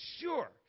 sure